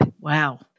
Wow